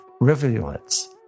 rivulets